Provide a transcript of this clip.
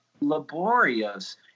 laborious